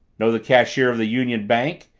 know the cashier of the union bank?